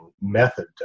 method